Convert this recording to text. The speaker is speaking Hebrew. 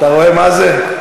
אתה רואה מה זה.